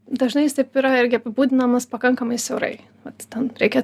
dažnai jis taip yra irgi apibūdinamas pakankamai siaurai vat ten reikia